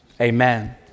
amen